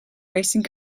racing